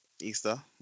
Easter